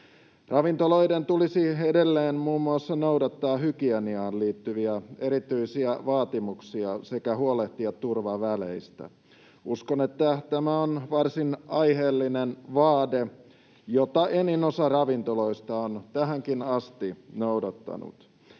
Ravintoloiden tulisi edelleen muun muassa noudattaa hygieniaan liittyviä erityisiä vaatimuksia sekä huolehtia turvaväleistä. Uskon, että tämä on varsin aiheellinen vaade, jota enin osa ravintoloista on tähänkin asti noudattanut.